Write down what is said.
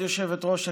כבוד היושבת-ראש,